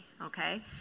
okay